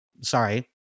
sorry